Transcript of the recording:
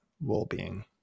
well-being